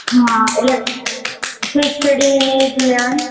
હા એટલે ખિચડી ને એ જ લેવાની